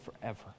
forever